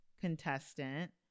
contestant